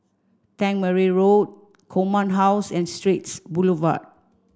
Tangmere Road Command House and Straits Boulevard